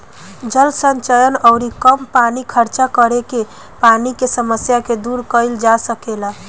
जल संचय अउरी कम पानी खर्चा करके पानी के समस्या के दूर कईल जा सकेला